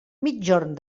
migjorn